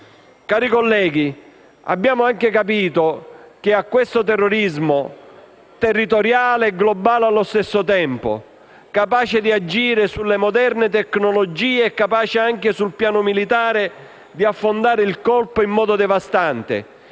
Cari colleghi, abbiamo anche capito che di fronte a questo terrorismo, territoriale e globale allo stesso tempo, capace di agire sulle moderne tecnologie e capace di affondare il colpo in modo devastante